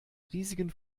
riesigen